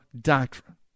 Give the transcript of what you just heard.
doctrine